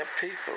people